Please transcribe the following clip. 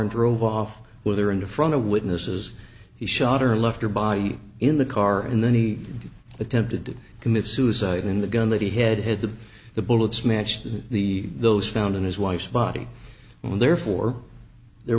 and drove off with her in front of witnesses he shot her left her body in the car and then he attempted to commit suicide in the gun that he had had the the bullets matched the those found in his wife's body and therefore there